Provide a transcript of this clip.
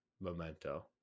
memento